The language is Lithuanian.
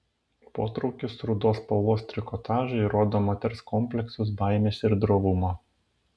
potraukis rudos spalvos trikotažui rodo moters kompleksus baimes ir drovumą